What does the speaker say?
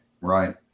right